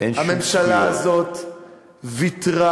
הממשלה הזאת ויתרה